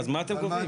אז לפי מה אתם גובים?